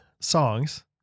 songs